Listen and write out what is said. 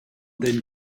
den